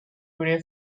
today